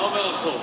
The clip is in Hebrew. מה אומר החוק?